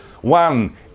One